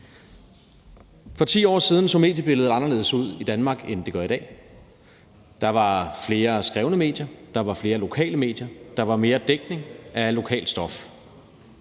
For 10 år siden så mediebilledet anderledes ud i Danmark, end det gør i dag. Der var flere skrevne medier. Der var flere lokale medier. Der var mere dækning af lokalt stof.